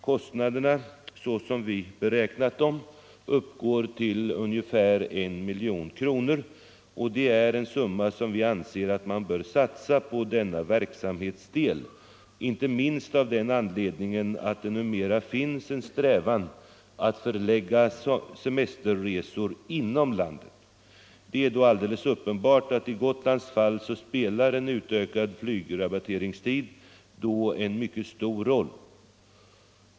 Kostnaderna härför har vi beräknat till ungefär I miljon kronor, och det är en summa som vi anser att man bör satsa på denna verksamhet, inte minst av den anledningen att det numera finns en strävan att förlägga semesterresor inom landet. Det blir då alldeles uppenbart att i Gotlands fall spelar en utökad flygrabatteringstid en mycket stor roll.